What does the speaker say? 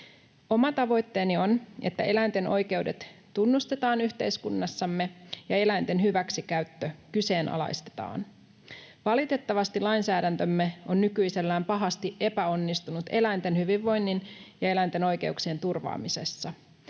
Oma tavoitteeni on, että eläinten oikeudet tunnustetaan yhteiskunnassamme ja eläinten hyväksikäyttö kyseenalaistetaan. Valitettavasti lainsäädäntömme on nykyisellään pahasti epäonnistunut eläinten hyvinvoinnin ja eläinten oikeuksien turvaamisessa.